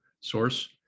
source